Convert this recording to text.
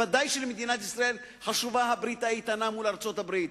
וודאי שלמדינת ישראל חשובה הברית האיתנה מול ארצות-הברית.